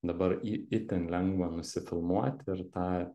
dabar į itin lengva nusifilmuoti ir tą